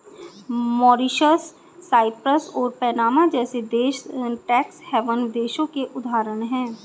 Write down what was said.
Mauritius, Cyprus और Panama जैसे देश टैक्स हैवन देशों के उदाहरण है